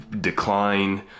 decline